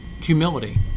humility